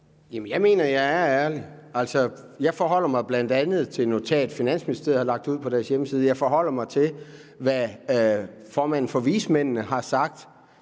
jeg mener, jeg er ærlig. Altså, jeg forholder mig bl.a. til et notat, Finansministeriet har lagt ud på deres hjemmeside. Jeg forholder mig til, hvad formanden for vismændene har sagt,